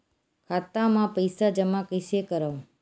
खाता म पईसा जमा कइसे करव?